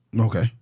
Okay